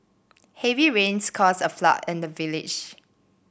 heavy rains caused a flood in the village